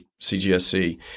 CGSC